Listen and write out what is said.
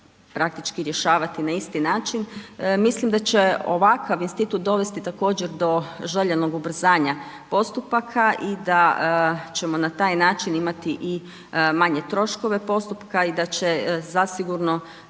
praktički rješavati na isti način, mislim da će ovakav institut dovesti također do željenog ubrzanja postupaka i da ćemo na taj način imati i manje troškove postupka i da će zasigurno